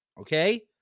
Okay